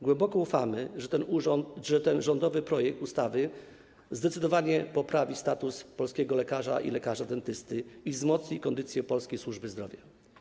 Głęboko ufamy, że ten rządowy projekt ustawy zdecydowanie poprawi status polskiego lekarza i lekarza dentysty i wzmocni kondycję polskiej służby zdrowia.